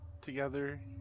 together